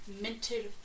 minted